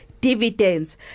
dividends